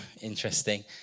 interesting